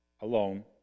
alone